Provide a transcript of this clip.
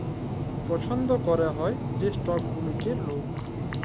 পছল্দ ক্যরা হ্যয় যে ইস্টক গুলানকে লক